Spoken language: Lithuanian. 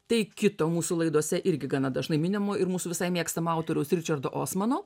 tai kito mūsų laidose irgi gana dažnai minimo ir mūsų visai mėgstamo autoriaus ričardo osmano